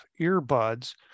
earbuds